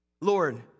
Lord